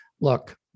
look